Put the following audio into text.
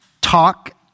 talk